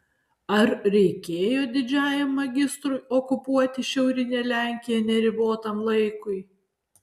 ar reikėjo didžiajam magistrui okupuoti šiaurinę lenkiją neribotam laikui